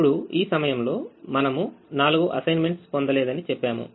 ఇప్పుడు ఈ సమయంలో మనము నాలుగు అసైన్మెంట్స్ పొందలేదని చెప్పాము